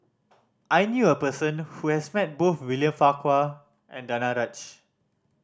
I knew a person who has met both William Farquhar and Danaraj